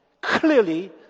clearly